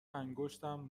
انگشتم